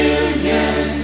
union